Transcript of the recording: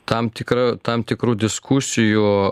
tam tikra tam tikrų diskusijų